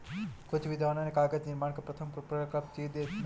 कुछ विद्वानों ने कागज निर्माण का प्रथम प्रकल्प चीन देश में माना है